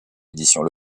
éditions